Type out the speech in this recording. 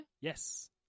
Yes